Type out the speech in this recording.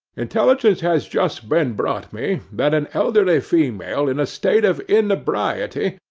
intelligence has just been brought me, that an elderly female, in a state of inebriety,